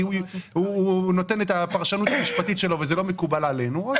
כי הוא נותן את הפרשנות המשפטית שלו וזה לא מקובל עלינו.